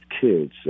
Kids